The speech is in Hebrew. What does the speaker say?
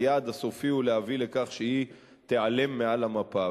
היעד הסופי הוא להביא לכך שהיא תיעלם מעל המפה.